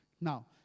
Now